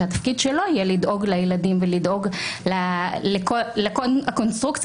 שהתפקיד שלו יהיה לדאוג לילדים ולדאוג לכל הקונסטרוקציה